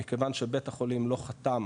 מכיוון שבית החולים לא חתם,